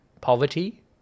poverty